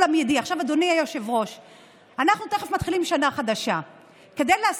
ישבתי שם ואתה היית שר שקדן, שהקפיד לשבת וגם לתת